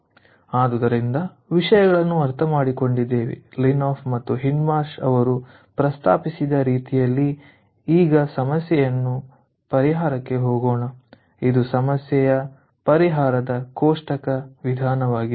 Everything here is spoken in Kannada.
ಆದ್ದರಿಂದ ವಿಷಯಗಳನ್ನು ಅರ್ಥಮಾಡಿಕೊಂಡಿದ್ದೇವೆ ಲಿನ್ಹಾಫ್ ಮತ್ತು ಹಿಂದ್ಮಾರ್ಷ್ ಅವರು ಪ್ರಸ್ತಾಪಿಸಿದ ರೀತಿಯಲ್ಲಿ ಈಗ ಸಮಸ್ಯೆಯ ಪರಿಹಾರಕ್ಕೆ ಹೋಗೋಣ ಇದು ಸಮಸ್ಯೆಯ ಪರಿಹಾರದ ಕೋಷ್ಟಕ ವಿಧಾನವಾಗಿದೆ